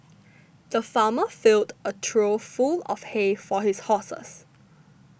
the farmer filled a trough full of hay for his horses